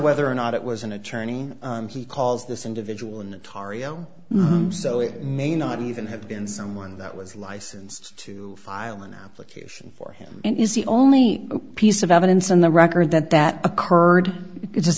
whether or not it was an attorney he calls this individual an atari oh so it may not even have been someone that was licensed to file an application for him and is the only piece of evidence in the record that that occurred